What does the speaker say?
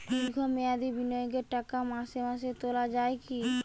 দীর্ঘ মেয়াদি বিনিয়োগের টাকা মাসে মাসে তোলা যায় কি?